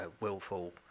willful